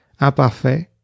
imparfait